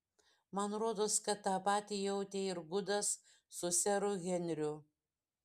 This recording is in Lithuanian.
man rodos kad tą pat jautė ir gudas su seru henriu